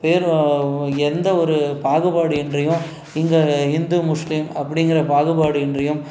வேறு எந்த ஒரு பாகுபாடின்றியும் இங்கே இந்து முஸ்லீம் அப்படிங்கிற பாகுபாடின்றியும்